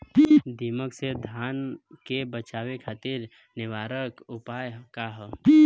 दिमक से धान के बचावे खातिर निवारक उपाय का ह?